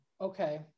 Okay